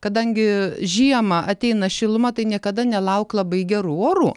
kadangi žiemą ateina šiluma tai niekada nelauk labai gerų orų